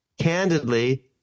candidly